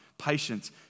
patience